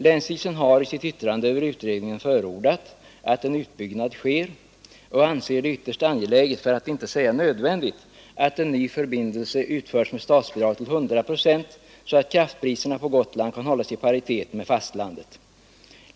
Länsstyrelsen har i sitt yttrande över utredningen förordat att en utbyggnad sker och anser det ytterst angeläget för att inte säga nödvändigt — att en ny förbindelse utförs med statsbidrag till 100 6 så att kraftpriserna på Gotland kan hållas i paritet med fastlandet.